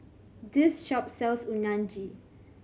this shop sells Unagi